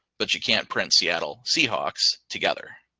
but you can't print seattle seahawks together.